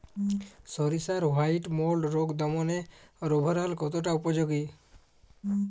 সরিষার white mould রোগ দমনে রোভরাল কতটা উপযোগী?